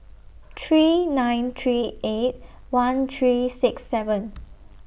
three nine three eight one three six seven